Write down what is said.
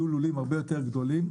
שאז יהיו לולים הרבה יותר גדולים.